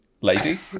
Lady